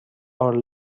are